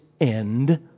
end